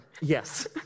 Yes